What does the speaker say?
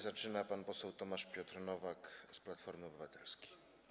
Zaczyna pan poseł Tomasz Piotr Nowak z Platformy Obywatelskiej.